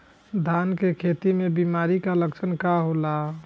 धान के खेती में बिमारी का लक्षण का होला?